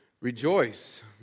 rejoice